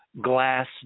glass